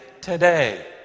today